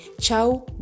ciao